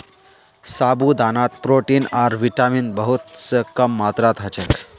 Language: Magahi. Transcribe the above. साबूदानात प्रोटीन आर विटामिन बहुत कम मात्रात ह छेक